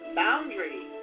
boundary